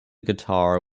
guitar